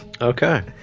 okay